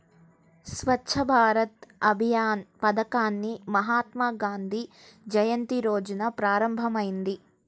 స్వచ్ఛ్ భారత్ అభియాన్ పథకాన్ని మహాత్మాగాంధీ జయంతి రోజున ప్రారంభమైంది